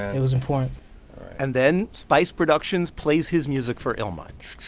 it was important and then spice productions plays his music for illmind